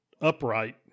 upright